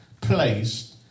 placed